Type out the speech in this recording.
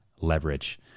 leverage